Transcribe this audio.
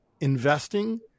investing